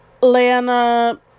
Lana